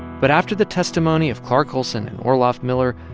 but after the testimony of clark olsen and orloff miller,